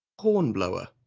hornblower.